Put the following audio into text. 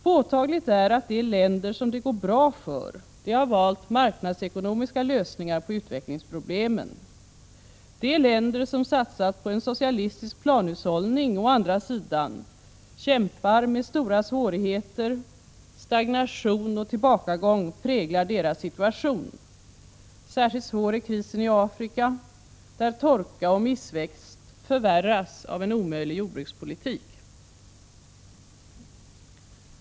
Påtagligt är att de länder som det går bra för har valt marknadsekonomiska lösningar på utvecklingsproblemen. De länder som å andra sidan har satsat på en socialistisk planhushållning kämpar med stora svårigheter — stagnation och tillbakagång präglar deras situation. Särskilt svår är krisen i Afrika, där torka och missväxt förvärras av en omöjlig jordbrukspolitik.